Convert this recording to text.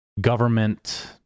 government